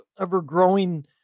ever-growing